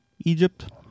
Egypt